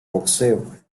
boxeo